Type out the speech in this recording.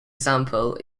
example